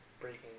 breaking